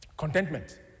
Contentment